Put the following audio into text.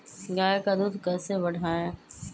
गाय का दूध कैसे बढ़ाये?